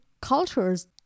cultures